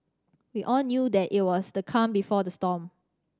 we all knew that it was the calm before the storm